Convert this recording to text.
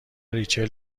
ریچل